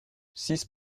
six